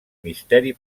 misteri